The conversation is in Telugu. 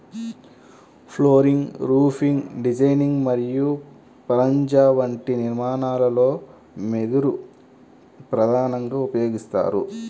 ఫ్లోరింగ్, రూఫింగ్ డిజైనింగ్ మరియు పరంజా వంటి నిర్మాణాలలో వెదురు ప్రధానంగా ఉపయోగిస్తారు